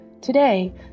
Today